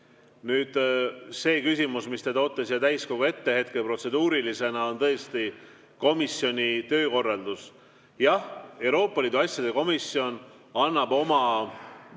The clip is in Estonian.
Nüüd, see küsimus, mille te toote siia täiskogu ette protseduurilisena, on tõesti komisjoni töökorraldus. Jah, Euroopa Liidu asjade komisjon annab oma